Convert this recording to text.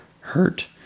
hurt